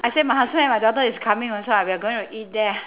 I say my husband and my daughter is coming also ah we're going to eat there